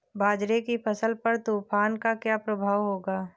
बाजरे की फसल पर तूफान का क्या प्रभाव होगा?